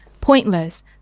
Pointless